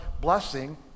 blessing